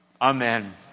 Amen